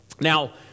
Now